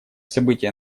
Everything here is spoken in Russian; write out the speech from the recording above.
события